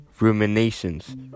ruminations